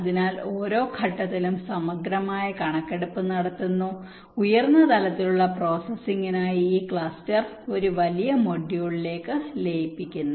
അതിനാൽ ഓരോ ഘട്ടത്തിലും സമഗ്രമായ കണക്കെടുപ്പ് നടത്തുന്നു ഉയർന്ന തലത്തിലുള്ള പ്രോസസ്സിംഗിനായി ഈ ക്ലസ്റ്റർ ഒരു വലിയ മൊഡ്യൂളിലേക്ക് ലയിപ്പിക്കുന്നു